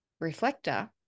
reflector